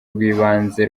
rw’ibanze